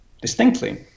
distinctly